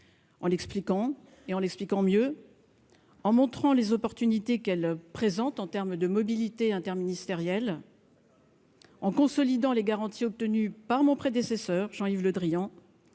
d'Orsay. Je l'expliquerai mieux, en montrant les opportunités qu'elle représente en termes de mobilité interministérielle, en consolidant les garanties obtenues par mon prédécesseur, Jean-Yves Le Drian,